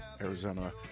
Arizona